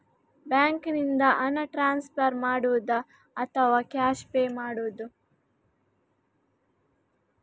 ಬ್ಯಾಂಕಿನಿಂದ ಹಣ ಟ್ರಾನ್ಸ್ಫರ್ ಮಾಡುವುದ ಅಥವಾ ಕ್ಯಾಶ್ ಪೇ ಮಾಡುವುದು?